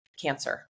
cancer